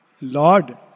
Lord